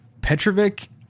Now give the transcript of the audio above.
Petrovic